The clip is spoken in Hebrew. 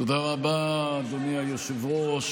תודה רבה, אדוני היושב-ראש.